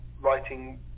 writing